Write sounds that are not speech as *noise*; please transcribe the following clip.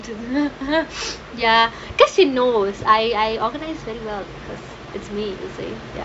*laughs* ya because she knows I I organised very well